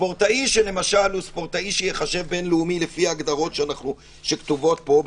ספורטאי שייחשב בין-לאומי שכתובות פה,